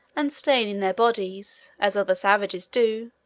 and staining their bodies, as other savages do,